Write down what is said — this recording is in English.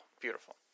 beautiful